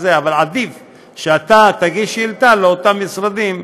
אבל עדיף שאתה תגיש שאילתה לאותם משרדים,